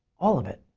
all of it.